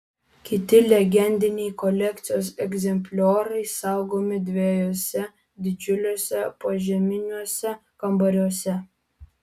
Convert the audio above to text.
kiti legendiniai kolekcijos egzemplioriai saugomi dviejuose didžiuliuose požeminiuose kambariuose